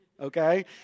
Okay